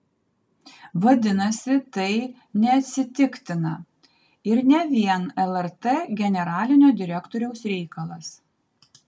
vadinasi tai neatsitiktina ir ne vien lrt generalinio direktoriaus reikalas